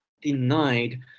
denied